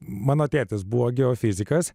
mano tėtis buvo geofizikas